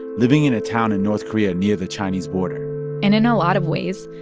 living in a town in north korea near the chinese border and in a lot of ways,